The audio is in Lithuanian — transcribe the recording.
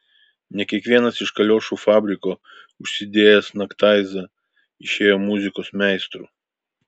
ne kiekvienas iš kaliošų fabriko užsidėjęs naktaizą išėjo muzikos meistru